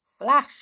Flash